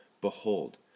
Behold